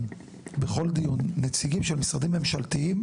בכל דיון נציגים של משרדים ממשלתיים,